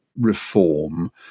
reform